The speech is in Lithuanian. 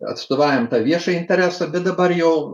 atstovaujam tą viešąjį interesą bet dabar jau